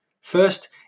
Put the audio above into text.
first